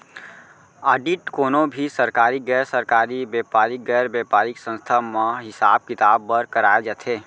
audit कोनो भी सरकारी, गैर सरकारी, बेपारिक, गैर बेपारिक संस्था म हिसाब किताब बर कराए जाथे